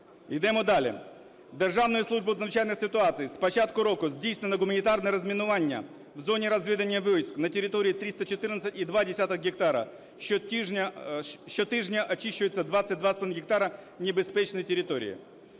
Державною службою з надзвичайних ситуацій з початку року здійснено гуманітарне розмінування в зоні розведення військ на території 314 і 0,2 гектара. Щотижня очищується 22,5 гектара небезпечної території.